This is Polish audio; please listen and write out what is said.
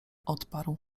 odparł